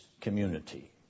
community